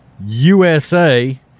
USA